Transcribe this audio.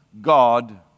God